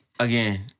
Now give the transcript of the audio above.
Again